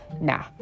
nah